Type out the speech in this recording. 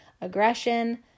aggression